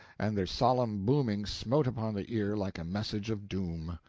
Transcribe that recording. and their solemn booming smote upon the ear like a message of doom.